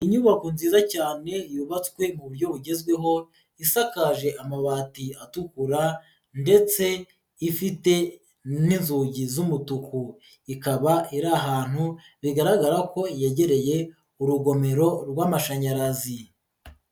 Inyubako nziza cyane yubatswe mu buryo bugezweho, isakaje amabati atukura ndetse ifite n'inzugi z'umutuku, ikaba iri ahantu bigaragara ko yegereye urugomero rw'amashanyarazi.